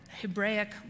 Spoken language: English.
Hebraic